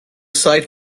site